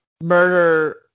murder